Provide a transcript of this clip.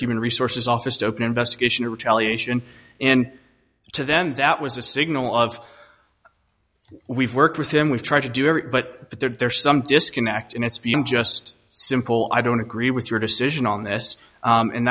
human resources office to open investigation or retaliation and to them that was a signal of we've worked with him we've tried to do every but that there's some disconnect and it's just simple i don't agree with your decision on th